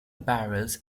barrels